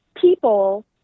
people